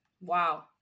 Wow